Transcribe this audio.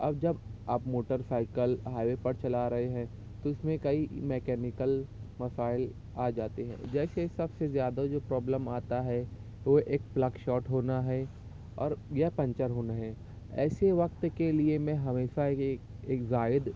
اب جب آپ موٹر سائیکل ہائیوے پر چلا رہے ہیں تو میں کئی میکینکل مسائل آ جاتے ہیں جیسے سب سے زیادہ جو پرابلم آتا ہے وہ ایک پلک شاٹ ہونا ہے اور یا پنچر ہونا ہے ایسے وقت کے لیے میں ہمیشہ ہی ایک ایک زائد